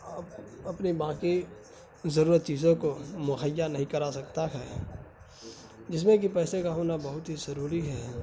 اپنی باقی ضرورت چیزوں کو مہیا نہیں کرا سکتا ہے جس میں کہ پیسے کا ہونا بہت ہی ضروری ہے